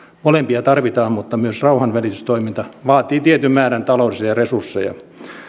molempia tarvitaan mutta myös rauhanvälitystoiminta vaatii tietyn määrän taloudellisia resursseja